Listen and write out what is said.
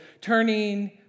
turning